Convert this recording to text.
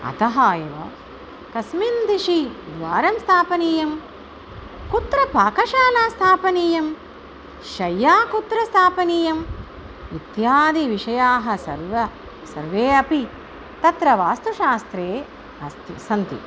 अतः एव कस्मिन् दिशि द्वारं स्थापनीयं कुत्र पाकशाला स्थापनीया शय्या कुत्र स्थापनीया इत्यादि विषयाः सर्वा सर्वे अपि तत्र वास्तुशास्त्रे अस्ति सन्ति